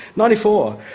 ninety four.